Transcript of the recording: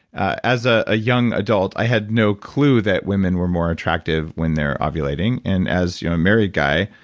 as ah a young adult, i had no clue that women were more attractive when they're ovulating and as you know a married guy,